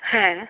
হ্যাঁ